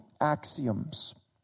axioms